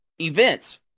Events